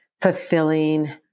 fulfilling